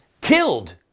killed